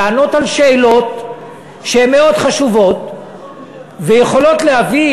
לענות על שאלות שהן מאוד חשובות ויכולות להביא,